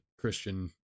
Christian